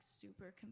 super